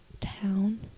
town